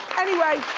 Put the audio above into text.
anyway,